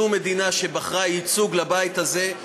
זו מדינה שבחרה ייצוג לבית הזה,